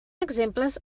exemples